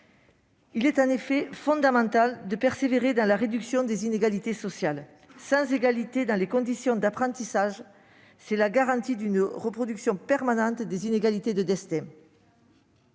Il est en effet fondamental de persévérer dans la réduction des inégalités sociales. L'absence d'égalité dans les conditions d'apprentissage est la garantie d'une reproduction permanente des inégalités de destin.